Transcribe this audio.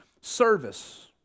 service